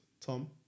Tom